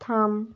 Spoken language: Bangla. থাম